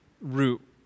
root